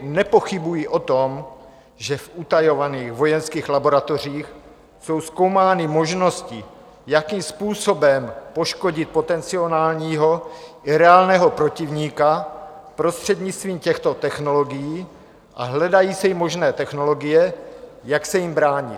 Nepochybuji o tom, že v utajovaných vojenských laboratořích jsou zkoumány možnosti, jakým způsobem poškodit potenciálního i reálného protivníka prostřednictvím těchto technologií, a hledají se i možné technologie, jak se jim bránit.